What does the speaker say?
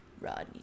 rodney